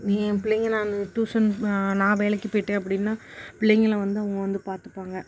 என் பிள்ளைங்கள் நான் டூஷன் நான் வேலைக்கு போயிட்டேன் அப்படின்னா பிள்ளைங்களை வந்து அவங்க வந்து பார்த்துப்பாங்க